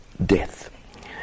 death